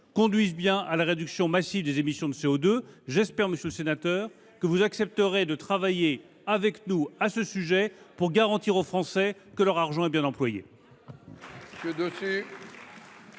conduire effectivement à la réduction massive des émissions de CO2. J’espère, monsieur le sénateur, que vous accepterez de travailler avec nous sur ce sujet, pour garantir aux Français que leur argent est bien employé.